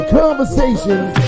conversations